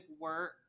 work